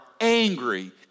angry